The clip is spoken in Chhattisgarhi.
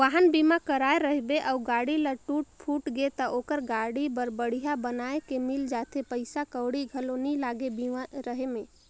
वाहन बीमा कराए रहिबे अउ गाड़ी ल टूट फूट गे त ओखर गाड़ी हर बड़िहा बनाये के मिल जाथे पइसा कउड़ी घलो नइ लागे बीमा रहें में